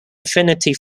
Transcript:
affinity